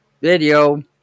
video